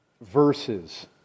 verses